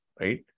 right